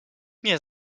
nie